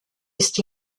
ist